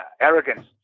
arrogance